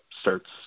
starts